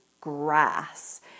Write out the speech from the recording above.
grass